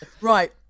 Right